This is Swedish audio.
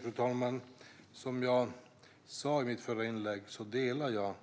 Fru talman! Som jag sa i mitt förra inlägg delar jag